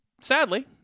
Sadly